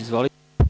Izvolite.